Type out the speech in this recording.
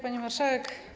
Pani Marszałek!